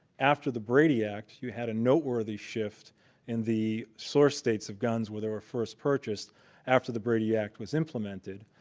after the brady act, you had a noteworthy shift in the source states of guns where they were first purchased after the brady act was implemented.